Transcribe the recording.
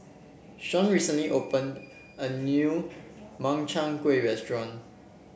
Shaun recently open a new Makchang Gui restaurant